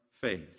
faith